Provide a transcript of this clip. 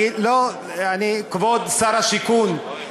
כבוד שר השיכון,